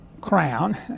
crown